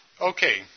Okay